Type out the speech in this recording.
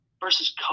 versus